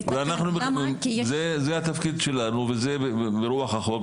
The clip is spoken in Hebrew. זה התפקיד שלנו וזה ברוח החוק,